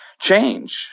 change